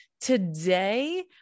Today